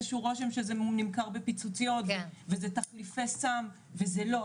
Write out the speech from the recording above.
שהוא רושם שזה נמכר בפיצוציות וזה תחליפי סם וזה לא,